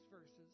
verses